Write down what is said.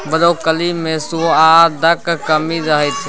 broccoli मे सुआदक कमी रहै छै